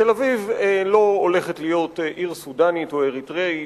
תל-אביב לא הולכת להיות עיר סודנית או אריתריאית.